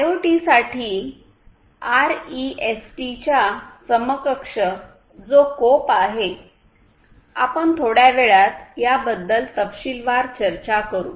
आयओटीसाठी REST च्या समकक्ष जे कोप आहे आपण थोड्या वेळात याबद्दल तपशीलवार चर्चा करू